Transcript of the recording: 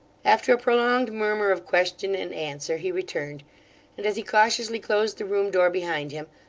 after a prolonged murmur of question and answer, he returned and as he cautiously closed the room-door behind him,